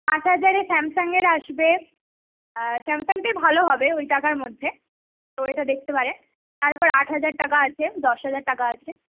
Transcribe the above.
পাঁচ হাজারে স্যামসাংয়ের আসবে স্যামসাংটাই ভালো হবে ওই টাকার মধ্যে তো এইটা দেখতে পারেন তারপর আট হাজার টাকা আছে দশ হাজার টাকা আছে